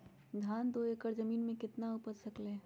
धान दो एकर जमीन में कितना उपज हो सकलेय ह?